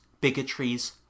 bigotries